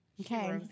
Okay